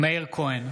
מאיר כהן,